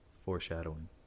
Foreshadowing